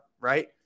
right